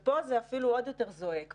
פה זה אפילו עוד יותר זועק.